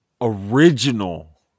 original